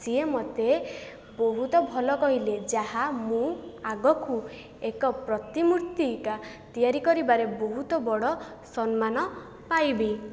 ସିଏ ମୋତେ ବହୁତ ଭଲ କହିଲେ ଯାହା ମୁଁ ଆଗକୁ ଏକ ପ୍ରତିମୂର୍ତ୍ତିକା ତିଆରି କରିବାରେ ବହୁତ ବଡ଼ ସମ୍ମାନ ପାଇବି